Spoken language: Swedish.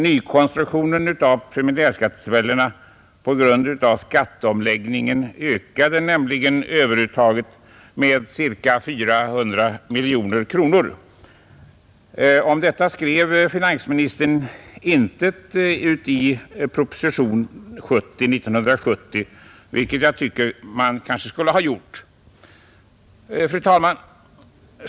Nykonstruktionen av preliminärskattetabellerna på grund av skatteomläggningen ökade nämligen överuttaget med ca 400 miljoner kronor. Om detta skrev finansministern intet i propositionen 70 år 1970, vilket jag tycker att han kanske skulle ha gjort. Fru talman!